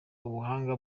ubuhanga